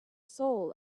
soul